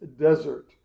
desert